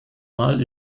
mal